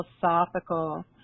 philosophical